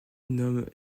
nomme